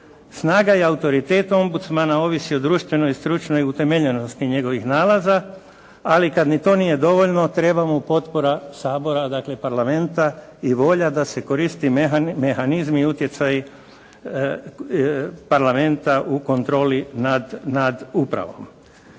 Snaga i autoritet ombudsmana ovisi o društvenoj i stručnoj utemeljenosti njegovih nalaza, ali kada ni to nije dovoljno treba mu potpora Sabora, dakle Parlamenta i volja da se koristi mehanizmi i utjecaj Parlamenta u kontroli nad upravom.